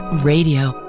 Radio